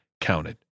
counted